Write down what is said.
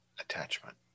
attachment